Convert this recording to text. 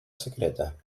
secreta